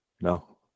No